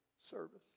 service